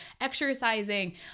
exercising